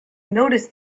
noticed